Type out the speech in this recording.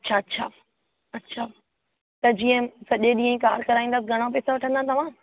अच्छा अच्छा अच्छा त जीअं सॼे ॾींहं जी कार कराईंदा घणा पैसा वठंदा तव्हां